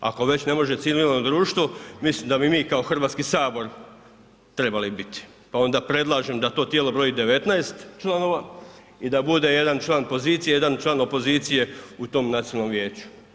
Ako već ne može civilno društvo, mislim da bi mi kao Hrvatski sabor trebali biti, pa onda predlažem da to tijelo broj 19 članova i da bude jedan član pozicije, jedan član opozicije u tom nacionalnom vijeću.